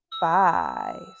five